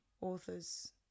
authors